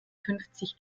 fünfzig